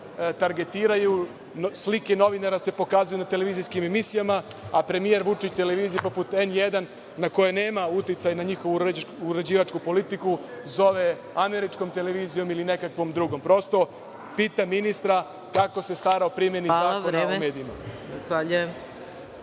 targetiraju, slike novinara se pokazuju u TV emisijama, a premijer Vučić televizijama poput N1, na koje nema uticaja, na njihovu uređivačku politiku, zove američkom televizijom ili nekakvom drugom. Prosto, pitam ministra kako se stara o primeni Zakona o medijima? **Maja Gojković** Hvala. Reč